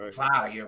fire